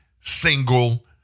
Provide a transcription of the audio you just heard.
single